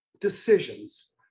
decisions